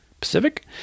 Pacific